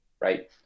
right